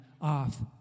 off